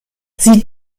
sie